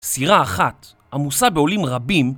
סירה אחת, עמוסה בעולים רבים